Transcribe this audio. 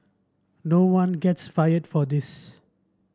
no one gets fired for this